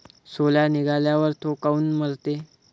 सोला निघाल्यावर थो काऊन मरते?